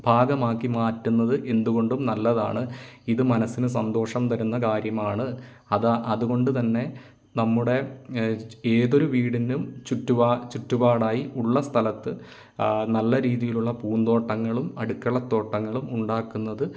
ഭാഗമാക്കി മാറ്റുന്നത് എന്തുകൊണ്ടും നല്ലതാണ് ഇത് മനസ്സിന് സന്തോഷം തരുന്ന കാര്യമാണ് അത് അതുകൊണ്ടു തന്നെ നമ്മുടെ ഏതൊരു വീടിനു ചുറ്റുപ ചുറ്റുപാടായി ഉള്ള സ്ഥലത്ത് നല്ല രീതിയിലുള്ള പൂന്തോട്ടങ്ങളും അടുക്കളത്തോട്ടങ്ങളും ഉണ്ടാക്കുന്നത്